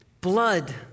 blood